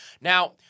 Now